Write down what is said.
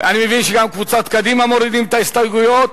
אני מבין שגם קבוצת קדימה מורידים את ההסתייגויות.